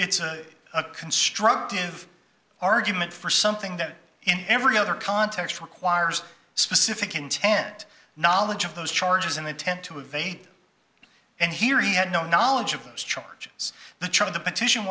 it's a constructive argument for something that in every other context requires specific intent knowledge of those charges and they tend to evade and here he had no knowledge of those charges the truth of the petition